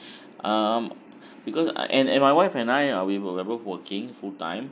um because uh and and my wife and I uh we were ever working full time